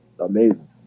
amazing